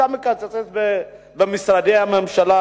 היתה מקצצת במשרדי הממשלה,